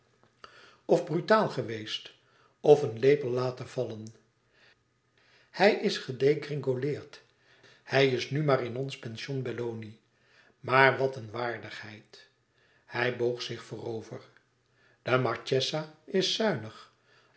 of brutaal geweest of een lepel laten vallen hij is gedegringoleerd hij is nu maar in ons pension belloni maar wat een waardigheid hij boog zich voorover de marchesa is zuinig